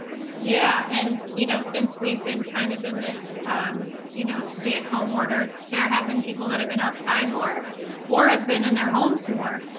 yeah and you know since we've been kind of in this um you know stay at home order, there have been people that have been outside more or have been in their homes more.